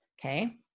Okay